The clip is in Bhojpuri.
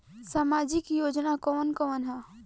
सामाजिक योजना कवन कवन ह?